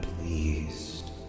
pleased